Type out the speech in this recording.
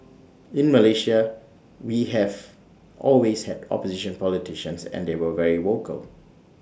in Malaysia we have always had opposition politicians and they were very vocal